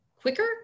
quicker